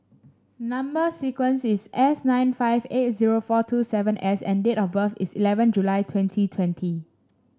number sequence is S nine five eight zero four two seven S and date of birth is eleven July twenty twenty